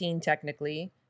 technically